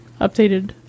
updated